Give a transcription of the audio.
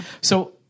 So-